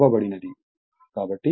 కాబట్టి ఆ load 3 kilowatt